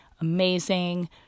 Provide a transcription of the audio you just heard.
amazing